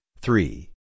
three